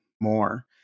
more